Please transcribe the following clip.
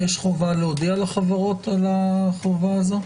יש חובה להודיע לחברות על החובה הזו?